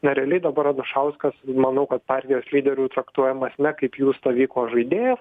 na realiai dabar anušauskas manau kad partijos lyderių traktuojamas ne kaip jų stovyklos žaidėjas